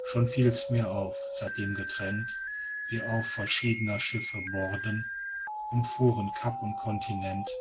schon fiel mir's auf seitdem getrennt wir an verschiedner schiffe borden umfuhren cap und continent